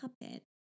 puppet